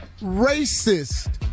racist